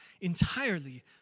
entirely